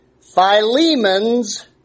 Philemon's